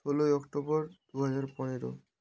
ষোলোই অক্টোবর দু হাজার পনেরো